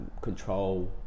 control